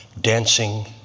dancing